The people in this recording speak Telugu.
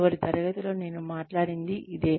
చివరి తరగతిలో నేను మాట్లాడింది ఇదే